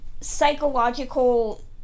psychological